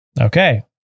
Okay